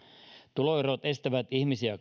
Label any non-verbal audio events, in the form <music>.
tuloerot estävät ihmisiä <unintelligible>